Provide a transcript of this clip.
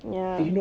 ya